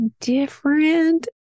different